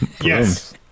Yes